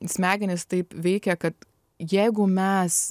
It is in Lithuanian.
smegenys taip veikia kad jeigu mes